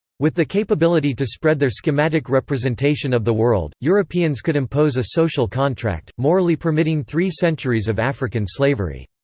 with the capability to spread their schematic representation of the world, europeans could impose a social contract, morally permitting three centuries of african slavery.